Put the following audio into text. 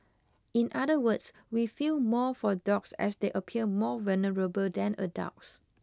in other words we feel more for dogs as they appear more vulnerable than adults